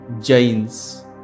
Jains